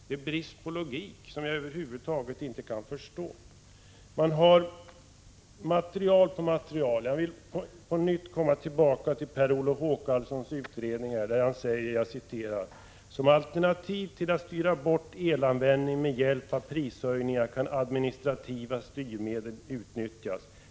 Det är en brist på logik som jag över huvud taget inte kan förstå. Man har material på material — jag vill på nytt komma tillbaka till Per Olof Håkanssons utredning, där han säger: ”Som alternativ till att styra bort elanvändning med hjälp av prishöjningar kan administrativa styrmedel utnyttjas.